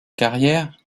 carrière